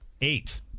Eight